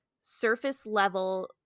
surface-level